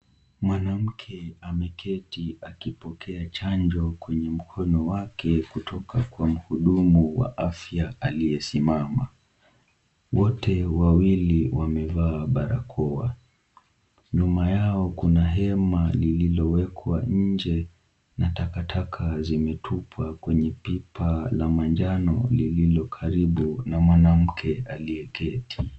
Mwanamke ameketi akipokea chanjo kwenye mkono wake kutoka kwa mhudumu wa afya aliyesimama. Wote wawili wamevaa barakoa. Nyuma yao kuna hema lililowekwa nje na takataka zimetupwa kwenye pipa la manjano lililo karibu na mwanamke aliyeketi.